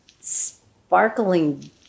sparkling